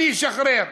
אני אשחרר.